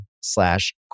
slash